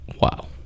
Wow